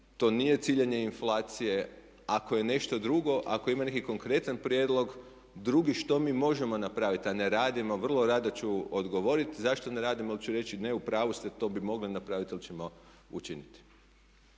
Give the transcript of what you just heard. to nije ciljanje inflacije. Ako je nešto drugo, ako ima neki konkretan prijedlog drugi što mi možemo napraviti a ne radimo vrlo rado ću odgovoriti zašto ne radimo ali ću reći ne u pravu ste to bi mogli napraviti ili ćemo učiniti.